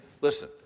listen